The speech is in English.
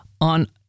on